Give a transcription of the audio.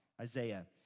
Isaiah